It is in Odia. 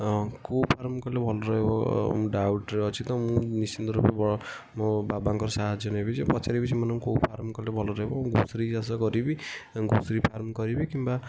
କୋଉ ଫାର୍ମ୍ କଲେ ଭଲ ରହିବ ମୁଁ ଡାଉଟ୍ରେ ଅଛି ତ ମୁଁ ନିଶ୍ଚିନ୍ତ ରୂପେ ବ ମୋ ବାବାଙ୍କର ସାହାଯ୍ୟ ନେବି ଯେ ପଚାରିବି ଯେ ସେମାନଙ୍କୁ କେଉଁ ଫାର୍ମ୍ କଲେ ଭଲ ରହିବ ଏବଂ ଘୁଷୁରୀ ଚାଷ କରିବି ଘୁଷୁରୀ ଫାର୍ମ୍ କରିବି କିମ୍ବା